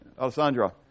Alessandra